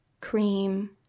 cream